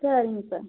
சரிங்க சார்